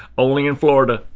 only in florida.